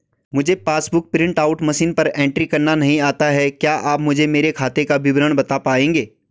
मुझे passbook book print out machine पर entry करना नहीं आता है क्या आप मुझे मेरे खाते का विवरण बताना पाएंगे?